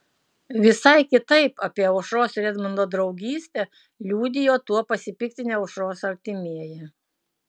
visai kitaip apie aušros ir edmundo draugystę liudijo tuo pasipiktinę aušros artimieji